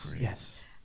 Yes